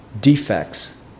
defects